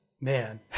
man